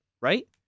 right